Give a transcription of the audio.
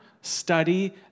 study